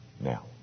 Now